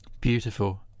Beautiful